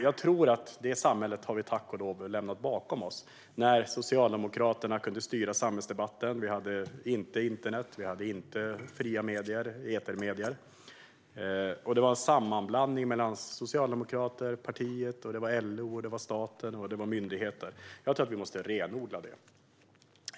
Jag tror att vi tack och lov har lämnat bakom oss det samhälle där Socialdemokraterna kunde styra samhällsdebatten. Vi hade inte internet. Vi hade inte fria etermedier. Det var en sammanblandning mellan socialdemokrater, partiet, LO, staten och myndigheter. Jag tror att vi måste renodla detta.